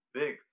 big